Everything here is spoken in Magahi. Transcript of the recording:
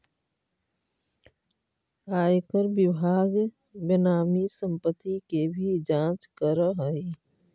आयकर विभाग बेनामी संपत्ति के भी जांच करऽ हई